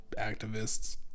activists